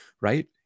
right